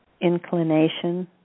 inclination